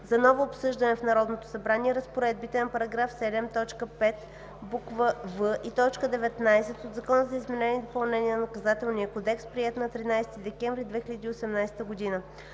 за ново обсъждане в Народното събрание разпоредбите на § 7, т. 5, буква „в“ и т. 19 от Закона за изменение и допълнение на Наказателния кодекс, приет на 13 декември 2018 г.